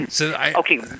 Okay